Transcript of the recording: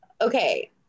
Okay